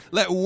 Let